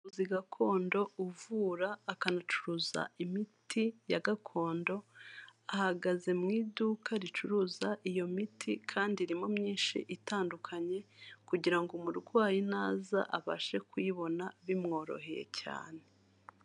Umuvuzi gakondo uvura akanacuruza imiti ya gakondo, ahagaze mu iduka ricuruza iyo miti kandi irimo myinshi itandukanye kugira ngo umurwayi naza abashe kuyibona bimworoheye cyane.